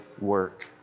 work